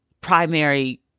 primary